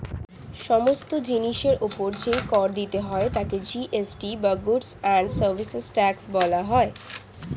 সমস্ত জিনিসের উপর যে কর দিতে হয় তাকে জি.এস.টি বা গুডস্ অ্যান্ড সার্ভিসেস ট্যাক্স বলা হয়